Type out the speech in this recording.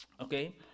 okay